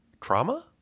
trauma